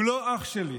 הוא לא אח שלי,